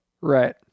Right